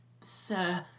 sir